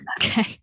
okay